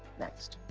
next.